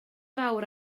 fawr